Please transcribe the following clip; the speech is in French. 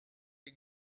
est